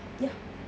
ya